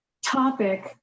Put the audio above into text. topic